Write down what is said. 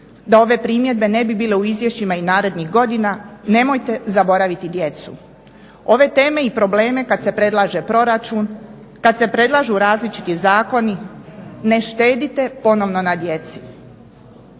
da ove primjedbe ne bi bile u izvješćima i narednih godina, nemojte zaboraviti djecu, ove teme i probleme kad se predlaže proračun, kad se predlažu različiti zakoni. Ne štedite ponovno na djeci.